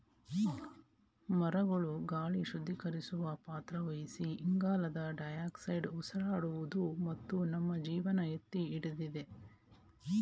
ಮರಗಳು ಗಾಳಿ ಶುದ್ಧೀಕರಿಸುವ ಪಾತ್ರ ವಹಿಸಿ ಇಂಗಾಲದ ಡೈಆಕ್ಸೈಡ್ ಉಸಿರಾಡುವುದು ಮತ್ತು ನಮ್ಮ ಜೀವನ ಎತ್ತಿಹಿಡಿದಿದೆ